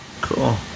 Cool